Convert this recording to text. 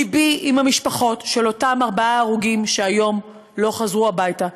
לבי עם המשפחות של אותם ארבעה הרוגים שהיום לא חזרו הביתה,